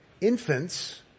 infants